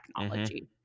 technology